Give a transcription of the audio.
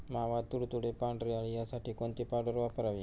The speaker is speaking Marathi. मावा, तुडतुडे, पांढरी अळी यासाठी कोणती पावडर वापरावी?